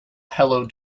hello